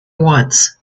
once